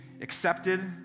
accepted